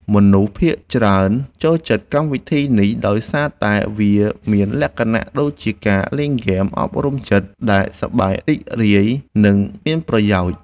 មនុស្សភាគច្រើនចូលចិត្តកម្មវិធីនេះដោយសារតែវាមានលក្ខណៈដូចជាការលេងហ្គេមអប់រំចិត្តដែលសប្បាយរីករាយ និង មានប្រយោជន៍។